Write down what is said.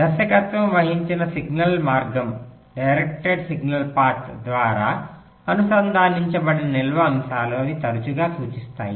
దర్శకత్వం వహించిన సిగ్నల్ మార్గం ద్వారా అనుసంధానించబడిన నిల్వ అంశాలు అవి తరచుగా సూచిస్తాయి